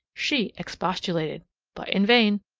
she expostulated but in vain.